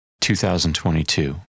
2022